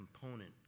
component